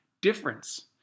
difference